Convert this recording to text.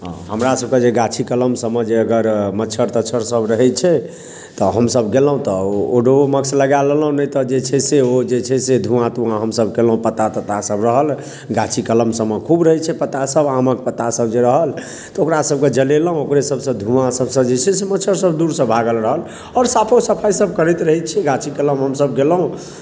हॅं हमरा सभके जे गाछी कलम सभमे जे अगर मच्छर तच्छर सभ रहै छै तऽ हमसभ गेलहुॅं तऽ ओ ओडोमोक्स लेलहुॅं नहि तऽ जे छै से ओ जे छै से धुआँ तुआँ हमसभ केलहुॅं पत्ता तत्ता सभ रहल गाछी कलम सभमे खूब रहै छै पत्ता सभ आमक पत्ता सभ जे रहल तऽ ओकरा सभके जरेलहुॅं ओकरे सभसँ धुआँ सभसँ जे छै से मच्छर सभ दूरसँ भागल रहल आओर साफो सफाइ सभ करैत रहै छियै गाछी कलम हमसभ गेलौ